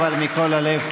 אבל מכל הלב,